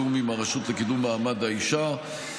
בתיאום עם הרשות לקידום מעמד האישה.